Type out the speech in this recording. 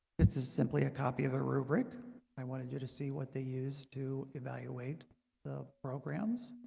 it's simply a copy of the rubric i wanted you to see what they used to evaluate the programs